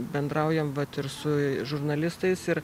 bendraujam vat ir su žurnalistais ir